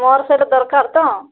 ମୋର ସେଇଟା ଦରକାର ତ